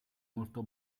molto